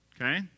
Okay